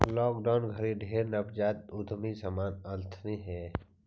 lockdown घरी ढेर नवजात उद्यमी सामने अएलथिन हे